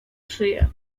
szyję